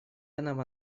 этом